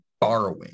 borrowing